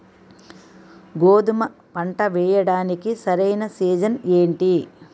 గోధుమపంట వేయడానికి సరైన సీజన్ ఏంటి?